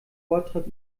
vortrag